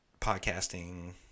podcasting